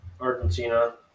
Argentina